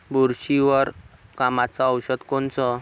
बुरशीवर कामाचं औषध कोनचं?